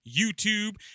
YouTube